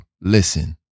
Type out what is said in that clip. listen